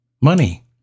money